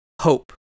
hope